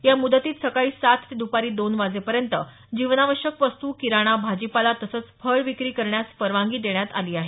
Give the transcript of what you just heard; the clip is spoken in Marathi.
या मुदतीत सकाळी सात ते दुपारी दोन वाजेपर्यंत जीवनावश्यक वस्तू किराणा भाजीपाला तसंच फळ विक्री करण्यास परवानगी देण्यात आली आहे